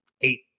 eight